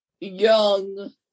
young